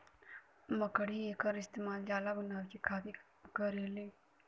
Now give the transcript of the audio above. मकड़ी एकर इस्तेमाल जाला बनाए के खातिर करेलीन